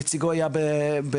נציגו היה בזום,